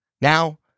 Now